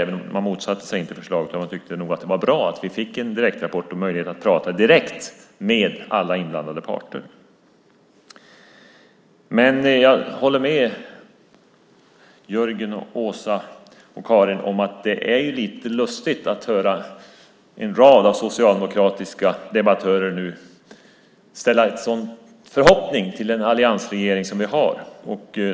De motsatte sig inte förslaget utan tyckte nog att det var bra att vi fick en direktrapport och möjlighet att prata direkt med alla inblandade parter. Jag håller med Jörgen, Åsa och Karin om att det är lite lustigt att höra en rad socialdemokratiska debattörer nu ha sådana förhoppningar på alliansregeringen.